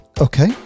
Okay